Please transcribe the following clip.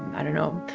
i don't know,